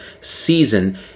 season